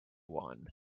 won